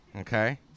okay